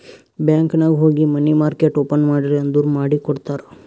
bank ನಾಗ್ ಹೋಗಿ money market open ಮಾಡ್ರಿ ಅಂದುರ್ ಮಾಡಿ ಕೊಡ್ತಾರ್